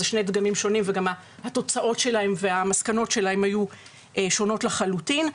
אלה שני דגמים שונים וגם התוצאות שלהם והמסקנות שלהם היו שונות לחלוטין.